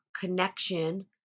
connection